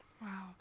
Wow